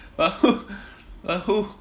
but who but who